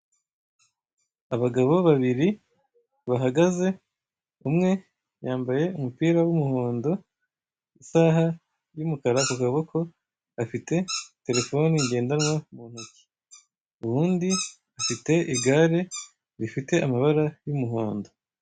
Abagabo babiri bahagaze umwe yambaye umupira y'umuhondo, isaha y'umukara ku kaboko afite telefone ngendanwa mu ntoki. Uwundi afite igare rifite amabara y'umuhondo.